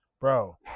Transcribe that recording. Bro